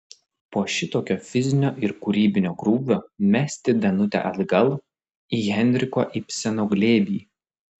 po šitokio fizinio ir kūrybinio krūvio mesti danutę atgal į henriko ibseno glėbį